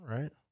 Right